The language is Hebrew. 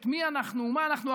את מי אנחנו ומה אנחנו.